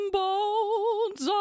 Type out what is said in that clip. bones